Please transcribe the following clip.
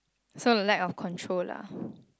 so the lack of control lah